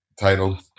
titled